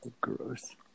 gross